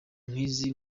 nk’izi